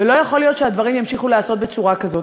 ולא יכול להיות שהדברים ימשיכו להיעשות בצורה כזאת.